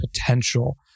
potential